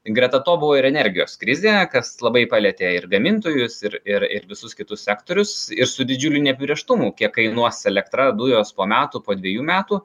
greta to buvo ir energijos krizė kas labai palietė ir gamintojus ir ir ir visus kitus sektorius ir su didžiuliu neapibrėžtumu kiek kainuos elektra dujos po metų po dvejų metų